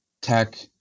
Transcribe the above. tech